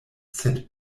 sed